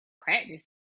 Practice